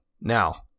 Now